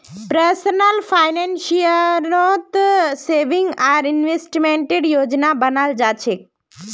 personal फाइनेंसत saving आर इन्वेस्टमेंटेर योजना बनाल जा छेक